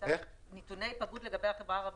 בחברה הערבית?